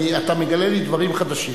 אתה מגלה לי דברים חדשים.